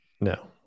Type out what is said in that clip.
No